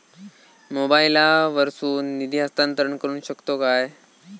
मोबाईला वर्सून निधी हस्तांतरण करू शकतो काय?